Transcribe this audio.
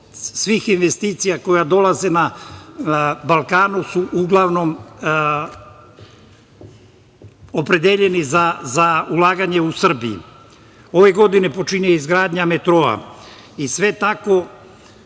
svih investicija koje dolaze na Balkanu su uglavnom opredeljeni za ulaganje u Srbiji. Ove godine počinje i izgradnja metroa. Svakim